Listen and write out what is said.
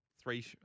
Three